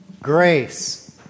Grace